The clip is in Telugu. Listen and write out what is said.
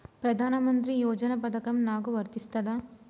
ప్రధానమంత్రి యోజన పథకం నాకు వర్తిస్తదా?